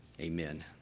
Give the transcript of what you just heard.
Amen